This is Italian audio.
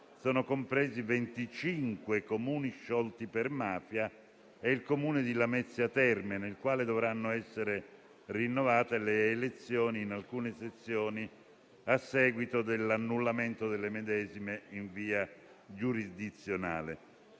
sono compresi 25 Comuni sciolti per mafia e il Comune di Lamezia Terme, nel quale dovranno essere rinnovate le elezioni in alcune sezioni a seguito dell'annullamento delle medesime in via giurisdizionale.